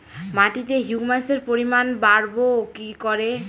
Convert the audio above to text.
মাটিতে হিউমাসের পরিমাণ বারবো কি করে?